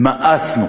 מאסנו,